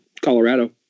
Colorado